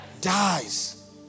Dies